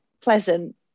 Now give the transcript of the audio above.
pleasant